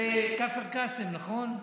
לכפר קאסם, נכון?